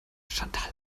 chantal